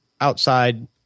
outside